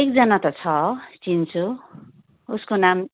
एकजना त छ चिन्छु उसको नाम